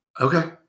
okay